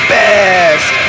best